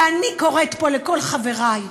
ואני קוראת פה לכל חברי,